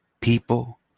People